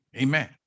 Amen